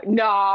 no